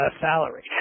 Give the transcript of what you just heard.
salary